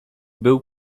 był